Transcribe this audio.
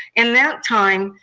in that time,